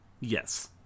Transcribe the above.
Yes